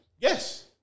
Yes